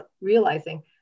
realizing